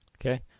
Okay